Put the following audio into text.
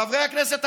חברי הכנסת,